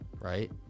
Right